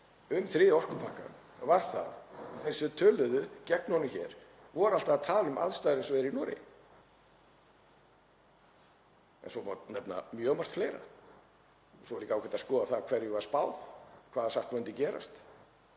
um þriðja orkupakkann var að þeir sem töluðu gegn honum hér voru alltaf að tala um aðstæður eins og þær eru í Noregi. Svo má nefna mjög margt fleira. Það er líka ágætt að skoða hverju var spáð, hvað var sagt að myndi gerast.